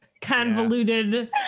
convoluted